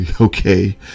okay